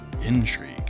intrigue